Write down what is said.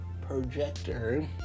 projector